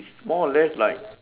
more or less like